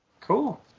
Cool